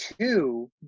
two